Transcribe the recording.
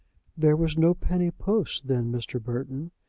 there was no penny post then, mr. burton.